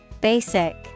Basic